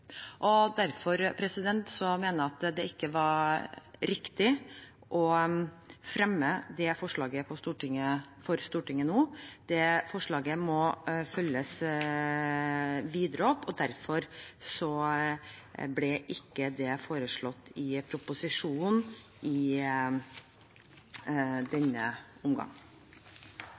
Derfor mener jeg det ikke er riktig å fremme det forslaget for Stortinget nå. Det forslaget må følges opp videre, derfor ble det ikke foreslått i proposisjonen i denne omgang.